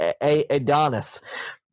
Adonis